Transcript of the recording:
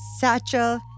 satchel